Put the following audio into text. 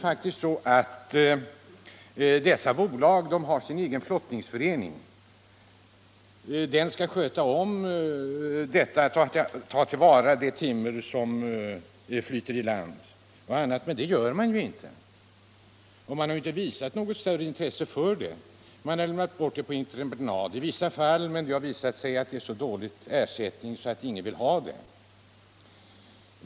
Bolagen i fråga har sin egen flottningsförening, som skall ta till vara det timmer som flyter i land. Detta har inte blivit gjort. I vissa fall har arbetet lämnats bort på entreprenad, men det har visat sig ge så dålig ersättning att ingen vill ha jobbet.